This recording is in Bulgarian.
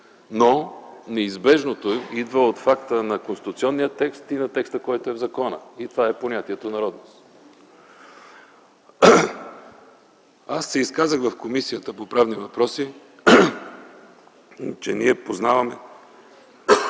Но неизбежното идва от факта на конституционния текст и на текста, който е в закона. И това е понятието „народност”. Аз казах в Комисията по правни въпроси, че ние познаваме